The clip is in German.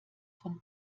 von